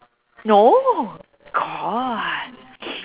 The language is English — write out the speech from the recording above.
no got